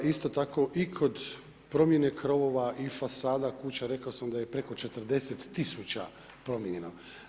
Isto tako i kod promjene krovova i fasada kuća, rekao sam da je preko 40 tisuća promijenjeno.